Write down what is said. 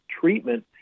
treatment